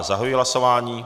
Zahajuji hlasování.